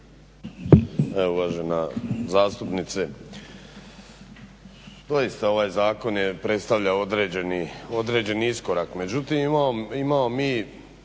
Evo uvažena zastupnice, doista ovaj zakon predstavlja određeni iskorak. Međutim, imamo mi